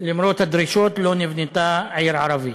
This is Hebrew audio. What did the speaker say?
למרות הדרישות, לא נבנתה עיר ערבית,